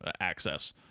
access